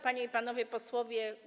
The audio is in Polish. Panie i Panowie Posłowie!